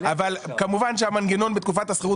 אבל כמובן שהמנגנון בתקופת השכירות,